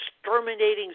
exterminating